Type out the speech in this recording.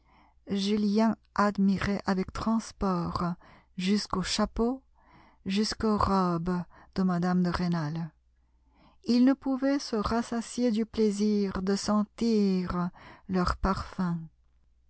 julien admirait avec transport jusqu'aux chapeaux jusqu'aux robes de mme de rênal il ne pouvait se rassasier du plaisir de sentir leur parfum